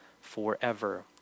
forever